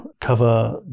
cover